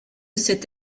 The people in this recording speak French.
cette